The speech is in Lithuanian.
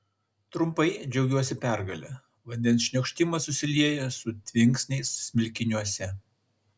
trumpai džiaugiuosi pergale vandens šniokštimas susilieja su tvinksniais smilkiniuose